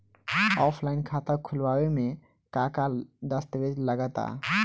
Offline खाता खुलावे म का का दस्तावेज लगा ता?